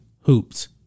hoops